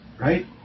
right